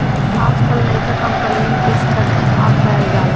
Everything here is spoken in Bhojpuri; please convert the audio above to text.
आजकल नयका कंपनिअन के स्टर्ट अप कहल जाला